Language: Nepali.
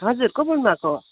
हजुर को बोल्नुभएको हो